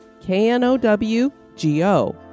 K-N-O-W-G-O